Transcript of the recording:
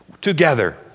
together